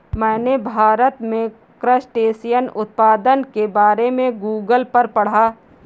मैंने भारत में क्रस्टेशियन उत्पादन के बारे में गूगल पर पढ़ा